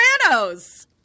Sopranos